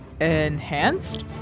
Enhanced